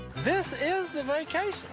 this is the vacation.